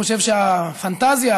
חושב שהפנטזיה,